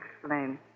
explain